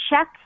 check